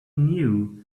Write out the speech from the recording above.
knew